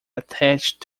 attached